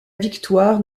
victoire